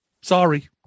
Sorry